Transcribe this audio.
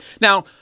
Now